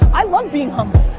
i love being um